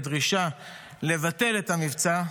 בדרישה לבטל את המבצע,